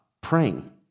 praying